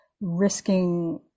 risking